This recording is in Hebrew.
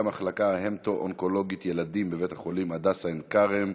המחלקה ההמטו-אונקולוגית ילדים בבית-החולים "הדסה עין-כרם",